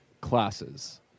classes